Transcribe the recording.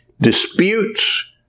disputes